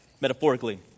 metaphorically